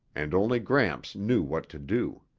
and only gramps knew what to do.